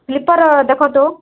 ଫିତାର ଦେଖ ତ